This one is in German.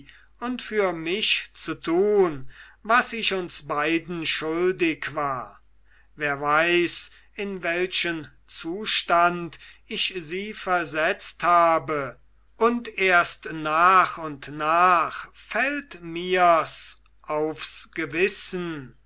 und für ich zu tun was ich uns beiden schuldig war wer weiß in welchen zustand ich sie versetzt habe und erst nach und nach fällt mir's aufs gewissen